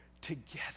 together